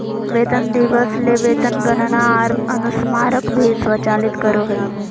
वेतन दिवस ले वेतन गणना आर अनुस्मारक भी स्वचालित करो हइ